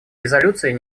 резолюции